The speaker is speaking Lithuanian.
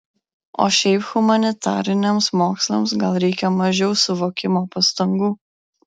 o šiaip humanitariniams mokslams gal reikia mažiau suvokimo pastangų